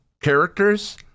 characters